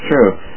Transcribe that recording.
true